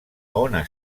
ona